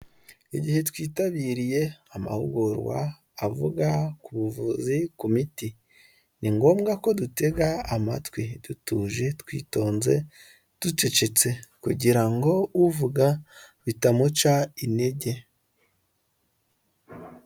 Igihe twitabiriye amahugurwa avuga ku buvuzi, ku miti, ni ngombwa ko dutega amatwi dutuje, twitonze, ducecetse kugira ngo uvuga bitamuca intege.